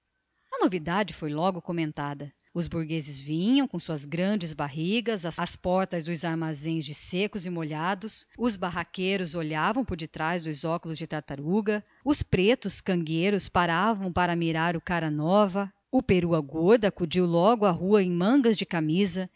a novidade foi logo comentada os portugueses vinham com as suas grandes barrigas às portas dos armazéns de secos e molhados os barraqueiros espiavam por cima dos óculos de tartaruga os pretos cangueiros paravam para mirar o cara nova o perua gorda em mangas de camisa